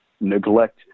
neglect